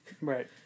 Right